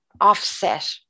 offset